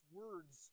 words